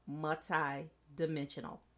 multi-dimensional